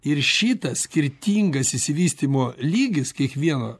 ir šitas skirtingas išsivystymo lygis kiekvieno